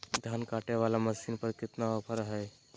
धान कटे बाला मसीन पर कतना ऑफर हाय?